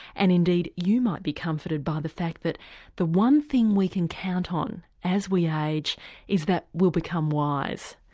and indeed you might be comforted by the fact that the one thing we can count on as we age is that we'll become wise.